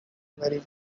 very